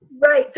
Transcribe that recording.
Right